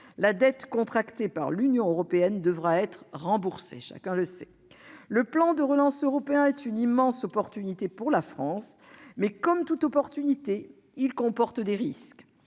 La dette contractée par l'Union européenne devra être remboursée- chacun le sait. Le plan de relance européen est une immense opportunité pour la France, mais, comme toute opportunité, il comporte des risques.